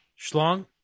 schlong